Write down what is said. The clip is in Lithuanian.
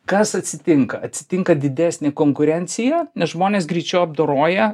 kas atsitinka atsitinka didesnė konkurencija nes žmonės greičiau apdoroja